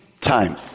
time